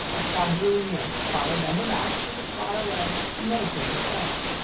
a quadroon nurse followed them about with a faraway, meditative air.